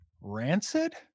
Rancid